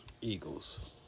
Eagles